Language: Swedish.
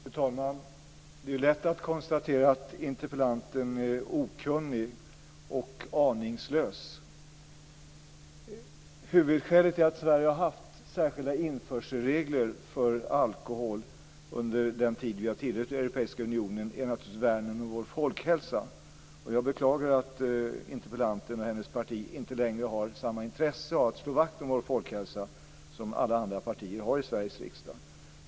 Fru talman! Det är lätt att konstatera att interpellanten är okunnig och aningslös. Huvudskälet till att Sverige har haft särskilda införselregler för alkohol under den tid som vi har tillhört Europeiska unionen är naturligtvis värnet om vår folkhälsa. Och jag beklagar att interpellanten och hennes parti inte längre har samma intresse av att slå vakt om vår folkhälsa som alla andra partier i Sveriges riksdag har.